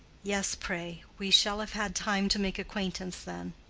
yes, pray we shall have had time to make acquaintance then.